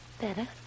Better